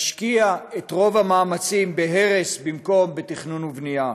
משקיע את רוב המאמצים בהרס במקום בתכנון ובנייה.